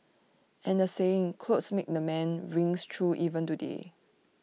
and the saying clothes make the man rings true even today